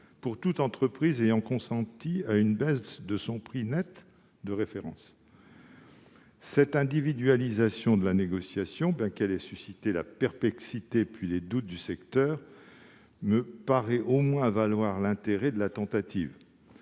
pour toute entreprise ayant consenti à une baisse de son prix net de référence. Une telle individualisation de la négociation, bien qu'elle ait suscité la perplexité, puis les doutes, du secteur présente au moins, selon moi, l'intérêt de tenter